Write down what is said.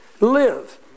live